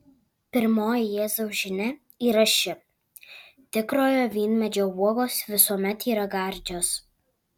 pirmoji jėzaus žinia yra ši tikrojo vynmedžio uogos visuomet yra gardžios